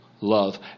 love